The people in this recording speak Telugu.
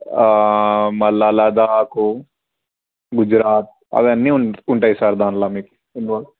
మళ్ళీ లదాఖ్ గుజరాత్ అవన్నీ ఉంటాయి సార్ దాంట్లో మీకు ఇన్వాల్వ్